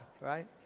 right